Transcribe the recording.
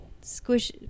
Squish